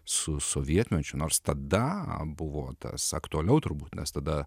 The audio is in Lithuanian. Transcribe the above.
su sovietmečiu nors tada buvo tas aktualiau turbūt nes tada